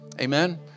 Amen